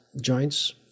joints